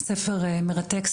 ספר מרתק,